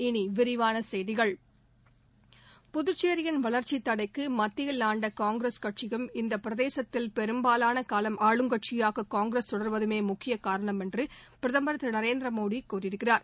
இனி விரிவான செய்திகள் புதுச்சேரியின் வளர்ச்சி தடைக்கு மத்தியில் ஆண்ட காங்கிரஸ் கட்சியும் இந்த பிரதேசத்தில் பெரும்பாலாள காலம் ஆளுங்கட்சியாக காங்கிரஸ் தொடர்வதுமே முக்கிய காரணம் என்று பிரதமர் திரு நரேந்திர மோடி கூறியிருக்கிறார்